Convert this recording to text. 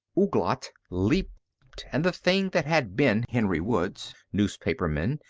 ouglat leaped and the thing that had been henry woods, newspaperman,